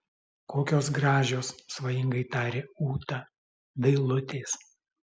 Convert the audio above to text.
kokios gražios svajingai tarė ūta dailutės